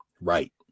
Right